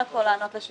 לא, עודד היה בעד.